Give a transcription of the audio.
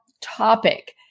topic